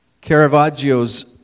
Caravaggio's